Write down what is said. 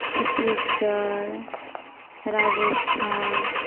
ᱪᱷᱚᱛᱛᱤᱥ ᱜᱚᱲ ᱨᱟᱡᱚᱥᱛᱷᱟᱱ